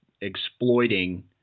exploiting